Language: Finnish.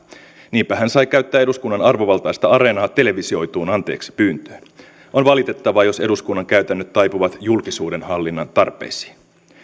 niinpä hän sai käyttää eduskunnan arvovaltaista areenaa televisioituun anteeksipyyntöön on valitettavaa jos eduskunnan käytännöt taipuvat julkisuudenhallinnan tarpeisiin